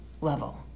level